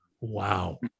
Wow